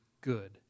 good